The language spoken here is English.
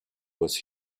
was